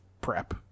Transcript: prep